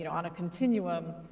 you know on a continuum,